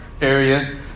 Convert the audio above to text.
area